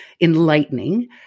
enlightening